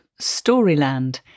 Storyland